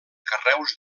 carreus